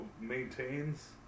maintains